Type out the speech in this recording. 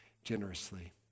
generously